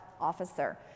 officer